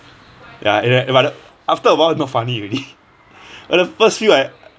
ya and then but the after a while not funny already but the first few I